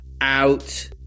out